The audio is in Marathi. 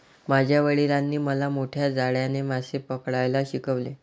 माझ्या वडिलांनी मला मोठ्या जाळ्याने मासे पकडायला शिकवले